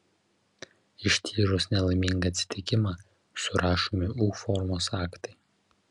ištyrus nelaimingą atsitikimą surašomi u formos aktai